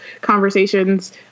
conversations